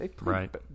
Right